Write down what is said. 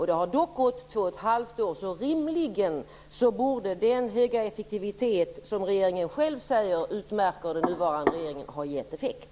Det har gått två och ett halvt år, så rimligen borde den höga effektivitet, som man själv säger utmärker den nuvarande regeringen, ha gett effekt.